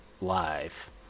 live